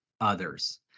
others